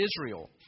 Israel